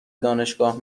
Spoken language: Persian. دانشگاه